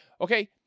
Okay